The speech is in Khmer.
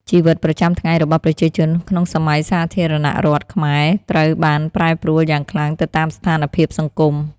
ជីវិតប្រចាំថ្ងៃរបស់ប្រជាជនក្នុងសម័យសាធារណរដ្ឋខ្មែរត្រូវបានប្រែប្រួលយ៉ាងខ្លាំងទៅតាមស្ថានភាពសង្គម។